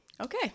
okay